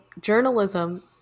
journalism